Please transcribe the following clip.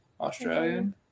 Australian